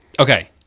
Okay